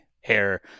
hair